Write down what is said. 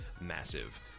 massive